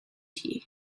tea